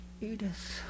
Edith